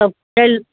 सब चलि